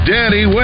Danny